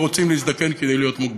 או שרוצים להזדקן כדי להיות מוגבלים.